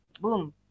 boom